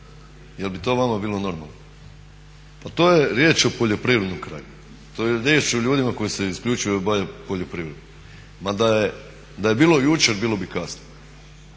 jel' bi to vama bilo normalno? Pa to je riječ o poljoprivrednom kraju, to je riječ o ljudima koji se isključivo bave poljoprivredom. Ma da je bilo jučer bilo bi kasno.